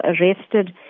arrested